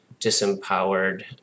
disempowered